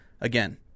Again